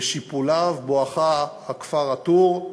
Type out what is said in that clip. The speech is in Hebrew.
בשיפוליו, בואכה הכפר א-טור,